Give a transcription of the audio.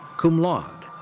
cum laude.